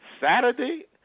Saturday